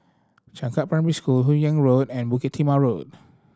Changkat Primary School Hun Yeang Road and Bukit Timah Road